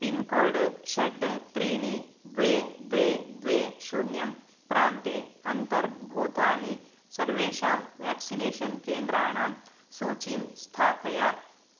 pincode षट् त्रीणि द्वे द्वे द्वे शून्यं प्रान्ते अर्न्तभूतानि सर्वेषां व्याक्सिनेषन् केन्द्राणां सूचीं स्थापया